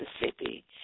Mississippi